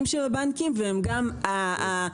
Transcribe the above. של הבנקים והם גם הלקוח הגדול שלנו.